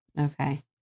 Okay